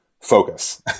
focus